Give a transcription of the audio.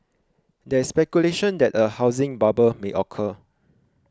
there is speculation that a housing bubble may occur